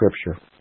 Scripture